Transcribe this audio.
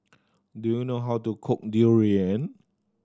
do you know how to cook durian